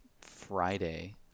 Friday